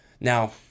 Now